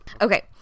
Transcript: okay